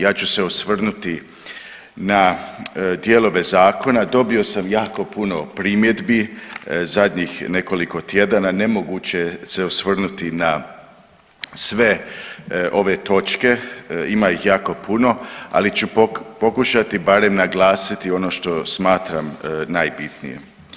Ja ću se osvrnuti na dijelove zakona, dobio sam jako puno primjedbi zadnjih nekoliko tjedana, nemoguće se osvrnuti na sve ove točke, ima ih jako puno, ali ću pokušati barem naglasiti ono što smatram najbitnijim.